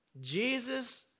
Jesus